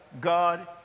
God